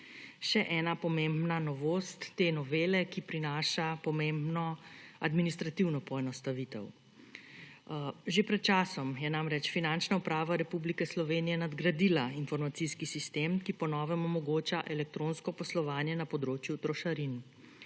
Še ena pomembna novost te novele, ki prinaša pomembno administrativno poenostavitev. Že pred časom je namreč Finančna uprava Republike Slovenije nadgradila informacijski sistem, ki po novem omogoča elektronsko poslovanje na področju trošarin.